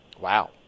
Wow